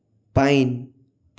pine